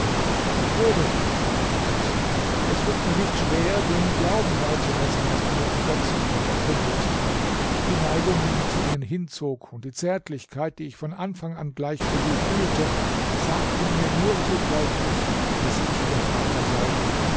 vogel rief er aus es wird mir nicht schwer dem glauben beizumessen was du mir entdeckst und verkündigst die neigung die mich zu ihnen hinzog und die zärtlichkeit die ich von anfang an gleich für sie fühlte sagten mir nur zu deutlich daß ich ihr vater sei